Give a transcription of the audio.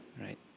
right